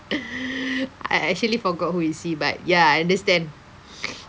I actually forgot who is he but ya I understand